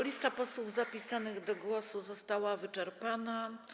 Lista posłów zapisanych do głosu została wyczerpana.